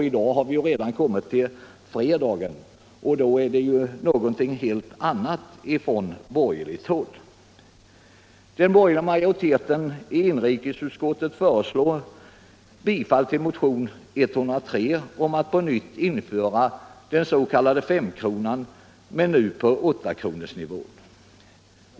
I dag är det ju redan fredag, och nu har man en annan uppfattning från borgerligt håll. Den borgerliga majoriteten i inrikesutskottet föreslår bifall till motionen 103 om att man på nytt skall införa den s.k. femkronan men nu på åttakronorsnivån.